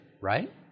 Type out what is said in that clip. right